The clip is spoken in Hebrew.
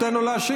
תן לו להשיב.